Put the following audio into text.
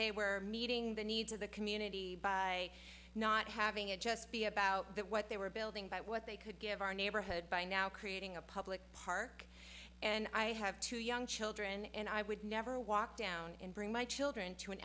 they were meeting the needs of the community by not having it just be about that what they were building but what they could give our neighborhood by now creating a public park and i have two young children and i would never walk down and bring my children to an